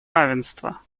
равенства